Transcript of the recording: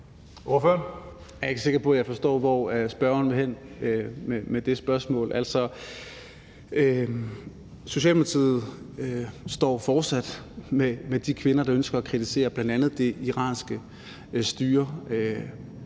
Jeg er ikke sikker på, at jeg forstår, hvor spørgeren vil hen med det spørgsmål. Socialdemokratiet står fortsat med de kvinder, der ønsker at kritisere bl.a. det iranske styre,